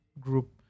group